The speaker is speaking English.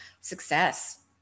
success